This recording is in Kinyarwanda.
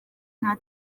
nta